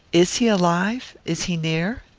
is he alive? is he near?